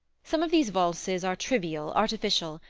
some of these valses are trivial, artificial,